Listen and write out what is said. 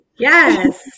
Yes